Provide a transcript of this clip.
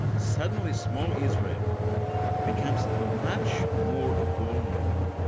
suddenly small israel becomes much more vulnerable.